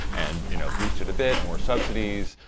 and you know boost it a bit, more subsidies.